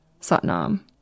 Satnam